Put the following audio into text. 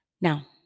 Now